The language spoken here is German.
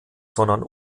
sondern